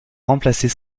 remplacer